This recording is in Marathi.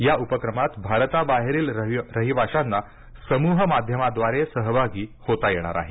या उपक्रमात भारताबाहेरील रहिवाशांना समूह माध्यमाद्वारे सहभागी होता येणार आहे